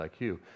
IQ